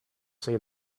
say